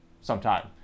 sometime